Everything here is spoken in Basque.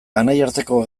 anaiarteko